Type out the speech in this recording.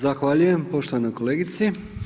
Zahvaljujem poštovanoj kolegici.